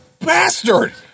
bastard